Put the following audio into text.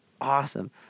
awesome